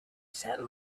sat